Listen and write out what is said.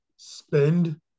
spend